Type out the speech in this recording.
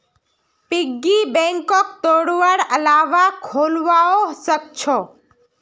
piggy बैंकक तोडवार अलावा खोलवाओ सख छ